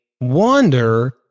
wonder